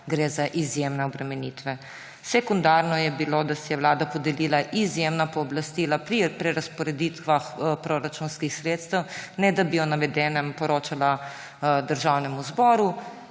gre za izjemne obremenitve. Sekundarno je bilo, da si je vlada podelila izjemna pooblastila pri prerazporeditvah proračunskih sredstev, ne da bi o navedenem poročala Državnemu zboru,